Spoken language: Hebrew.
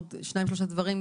עוד שניים שלושה דברים.